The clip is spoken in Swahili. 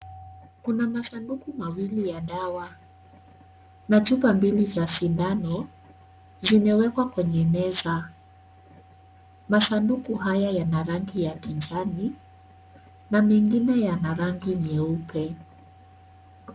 Kuna masanduku mawili ya dawa na chupa mbili za sindano zimewekwa kwenye meza. masanduku haya yana rangi ya kijani. na mengine yana rangi nyeupe